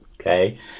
Okay